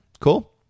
Cool